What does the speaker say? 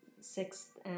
sixth